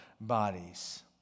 bodies